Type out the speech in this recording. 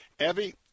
Evie